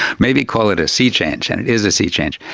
maybe call it a sea change, and it is a sea change.